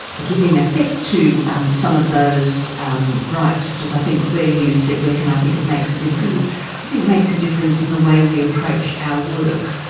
giving effect to um some of those rights, which is, i think, where you said where can i think it makes a difference i think it makes a difference in the way we approach our work,